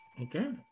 Okay